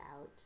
out